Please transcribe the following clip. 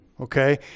okay